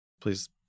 please